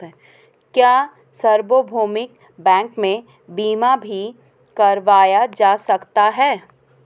क्या सार्वभौमिक बैंक में बीमा भी करवाया जा सकता है?